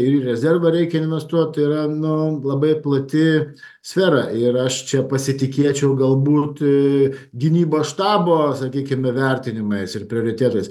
ir į rezervą reikia investuot yra nu labai plati sfera ir aš čia pasitikėčiau gal būt gynybos štabo sakykime vertinimais ir prioritetais